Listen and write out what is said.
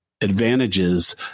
advantages